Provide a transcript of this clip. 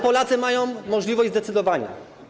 Polacy mają możliwość zdecydowania.